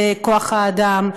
בכוח-אדם,